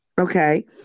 Okay